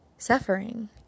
suffering